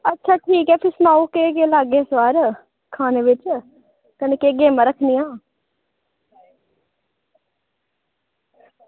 अच्छा ठीक ऐ तुस सनाओ केह् केह् लागै स्टॉल खानै बिच कन्नै केह् केह् गेमां रक्खनियां